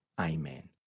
Amen